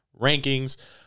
rankings